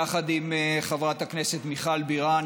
יחד עם חברת הכנסת מיכל בירן,